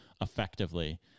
effectively